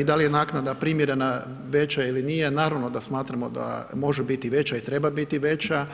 i da li je naknada primjerena, veća ili nije, naravno da smatramo da može biti i veća, i treba biti veća.